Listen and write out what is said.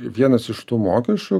vienas iš tų mokesčių